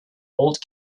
old